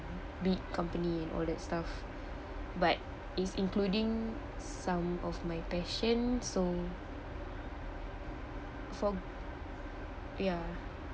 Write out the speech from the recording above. big company and all that stuff but is including some of my passion so for~ ya